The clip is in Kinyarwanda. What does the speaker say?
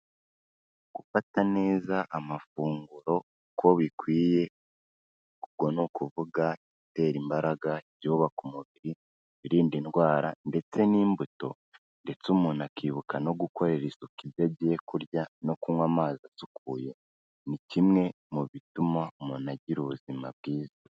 Gufata neza amafunguro uko bikwiye ubwo ni ukuvuga: ibitera imbaraga, ibyubaka umubiri, ibirinda indwara ndetse n'imbuto ndetse umuntu akibuka no gukorera isuka ibyo agiye kurya, no kunywa amazi asukuye, ni kimwe mu bituma umuntu agira ubuzima bwiza.